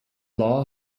law